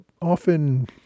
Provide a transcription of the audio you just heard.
often